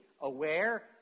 aware